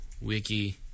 Wiki